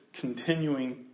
continuing